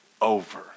over